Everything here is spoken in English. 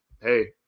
Hey